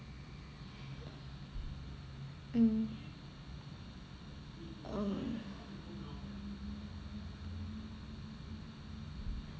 mm um